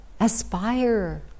aspire